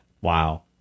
Wow